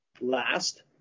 Last